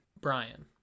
Brian